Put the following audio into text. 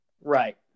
Right